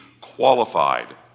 qualified